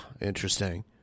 Interesting